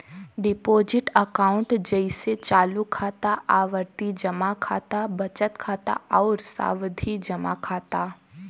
deposit account जइसे चालू खाता, आवर्ती जमा खाता, बचत खाता आउर सावधि जमा खाता